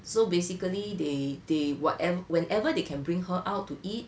so basically they they whatever whenever they can bring her out to eat